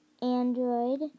Android